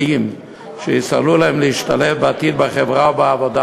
שיסייעו להם להשתלב בעתיד בחברה ובעבודה.